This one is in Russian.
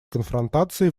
конфронтации